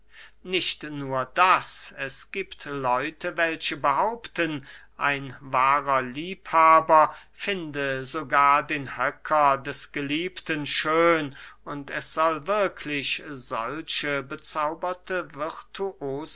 nicht nur das es giebt leute welche behaupten ein wahrer liebhaber finde sogar den höcker des geliebten schön und es soll wirklich solche bezauberte